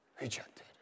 rejected